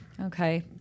Okay